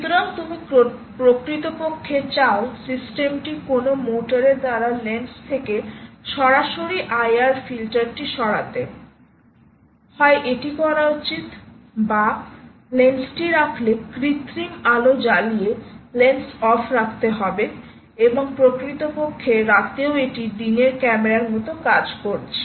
সুতরাং তুমি প্রকৃতপক্ষে চাও সিস্টেমটি কোনও মোটর এর দ্বারা লেন্স থেকে সরাসরি IR ফিল্টারটি সরাতে হয় এটি করা উচিত বা লেন্সটি রাখলে কৃত্রিম আলো জ্বালিয়ে লেন্স অফ রাখতে হবে এবং প্রকৃতপক্ষে রাতেও এটি দিনের ক্যামেরার মতো কাজ করছে